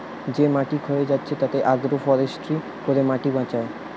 যে মাটি ক্ষয়ে যাচ্ছে তাতে আগ্রো ফরেষ্ট্রী করে মাটি বাঁচায়